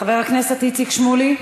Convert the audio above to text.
חבר הכנסת איציק שמולי,